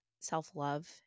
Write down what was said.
self-love